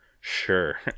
sure